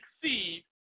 succeed